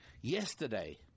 Yesterday